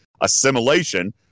assimilation